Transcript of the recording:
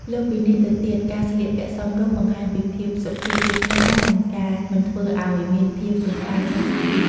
លើសពីនេះទៅទៀតការស្លៀកពាក់សមរម្យ បង្ហាញពីភាពសុភាពរាបសារ និងការមិនធ្វើអោយមានភាពរំខានក្នុងពិធី។